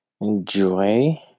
Enjoy